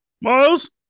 Miles